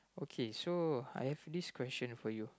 okay so I have this question for you